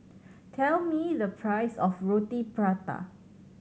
tell me the price of Roti Prata